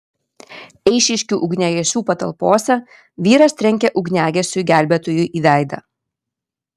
eišiškių ugniagesių patalpose vyras trenkė ugniagesiui gelbėtojui į veidą